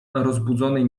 rozbudzonej